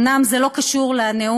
אומנם זה לא קשור לנאום,